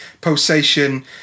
pulsation